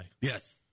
yes